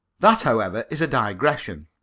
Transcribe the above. that, however, is a digression.